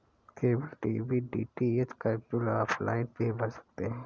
cable TV DTH का bill offline भी भर सकते हैं